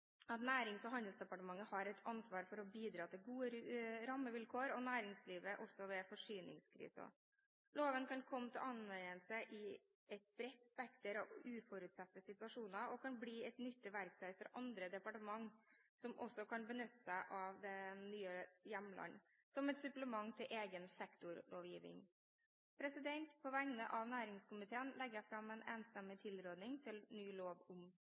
at Nærings- og handelsdepartementet har et ansvar for å bidra til gode rammevilkår for næringslivet også ved forsyningskriser. Loven kan komme til anvendelse i et bredt spekter av uforutsette situasjoner og kan bli et nyttig verktøy for andre departementer, som også kan benytte seg av de nye hjemlene som et supplement til egen sektorlovgivning. På vegne av næringskomiteen legger jeg fram en enstemmig tilråding til ny lov om